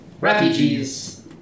refugees